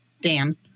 Dan